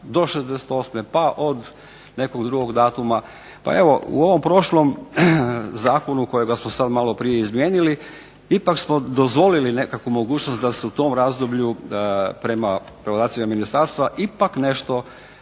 do '68. pa od nekog drugog datuma. Pa evo u ovom prošlom zakonu kojega smo sad malo prije izmijenili ipak smo dozvolili nekakvu mogućnost da se u tom razdoblju prema podacima ministarstva ipak nešto